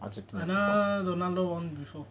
I know ronaldo won before